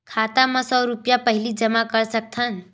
खाता मा सौ रुपिया पहिली जमा कर सकथन?